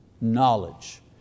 knowledge